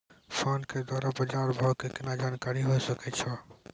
Phone के द्वारा बाज़ार भाव के केना जानकारी होय सकै छौ?